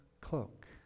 cloak